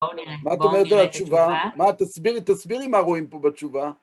בואו נראה. מה את אומרת על התשובה? מה? תסבירי, תסבירי מה רואים פה בתשובה.